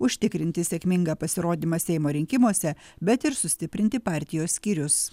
užtikrinti sėkmingą pasirodymą seimo rinkimuose bet ir sustiprinti partijos skyrius